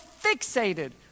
fixated